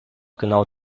genau